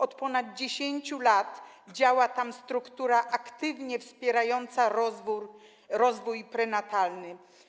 Od ponad 10 lat działa tam struktura aktywnie wspierająca rozwój prenatalny.